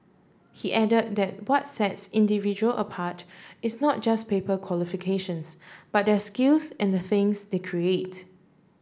he add that what sets individual apart is not just paper qualifications but their skills and the things they create